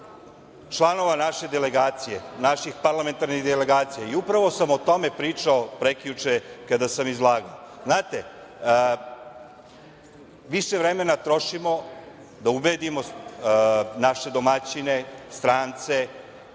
članova naše delegacije, naših parlamentarnih delegacija. Upravo sam o tome pričao prekjuče kada sam izlagao. Znate, više vremena trošimo da ubedimo naše domaćine, strance